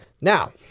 Now